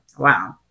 Wow